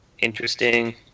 interesting